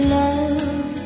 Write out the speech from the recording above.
love